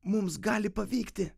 mums gali pavykti